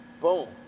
boom